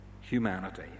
humanity